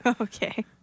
Okay